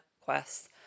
quest